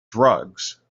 drugs